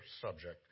subject